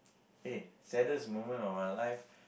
okay saddest moment of our lives